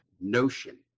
Notion